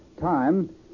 time